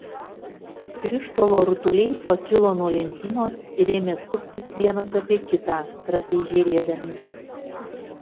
krištolo rutuliai pakilo nuo lentynos ir ėmė suktis vienas apie kitą trapiai žėrėdami